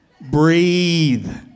Breathe